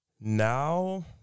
now